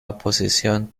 oposición